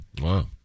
Wow